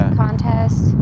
contest